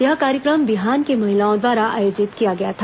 यह कार्यक्रम बिहान की महिलाओं द्वारा आयोजित किया गया था